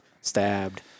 stabbed